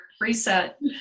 Reset